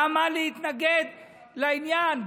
למה להתנגד לעניין?